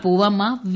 Poovamma V